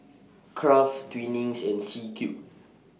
Kraft Twinings and C Cube